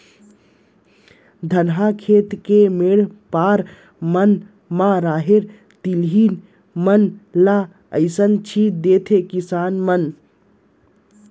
धनहा खेत के मेढ़ पार मन म राहेर, तिली मन ल अइसने छीन देथे किसान मन